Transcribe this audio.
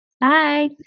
Bye